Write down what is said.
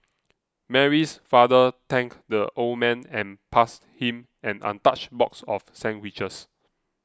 Mary's father thanked the old man and passed him an untouched box of sandwiches